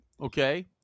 Okay